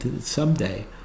someday